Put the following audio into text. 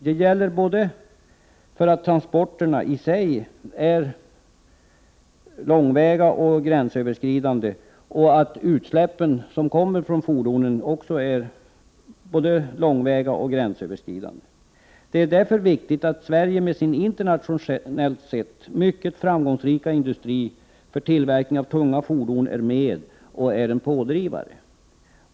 Det gäller både för att transporterna i sig är långväga och gränsöverskridande och för att utsläppen som kommer från fordonen också är långväga och gränsöverskridande. Det är därför viktigt att Sverige med sin internationellt sett mycket framgångsrika industri för tillverkning av tunga fordon är med som en pådrivare.